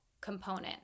component